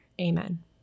Amen